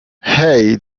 hey